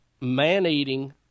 man-eating